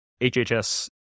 HHS